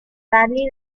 badly